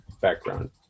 background